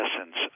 essence